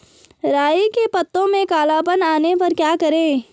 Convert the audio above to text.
राई के पत्तों में काला पन आने पर क्या करें?